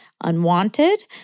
Unwanted